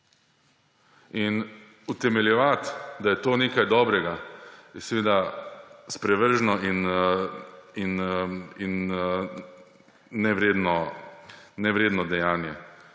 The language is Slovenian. Utemeljevati, da je to nekaj dobrega, je seveda sprevrženo in nevredno dejanje.